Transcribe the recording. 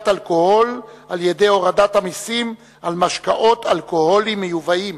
אלכוהול על-ידי הורדת המסים על משקאות אלכוהוליים מיובאים.